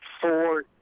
four